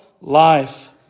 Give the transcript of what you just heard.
life